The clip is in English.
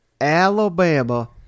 Alabama –